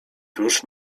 tuż